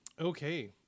Okay